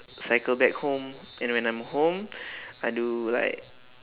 cycle back home and when I'm home I do like